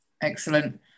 Excellent